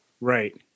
Right